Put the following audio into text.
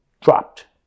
dropped